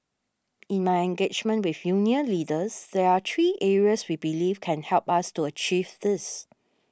in my engagement with union leaders there are three areas we believe can help us to achieve this